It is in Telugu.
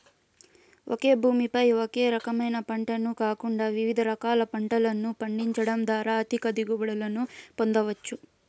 ఒకే భూమి పై ఒకే రకమైన పంటను కాకుండా వివిధ రకాల పంటలను పండించడం ద్వారా అధిక దిగుబడులను పొందవచ్చు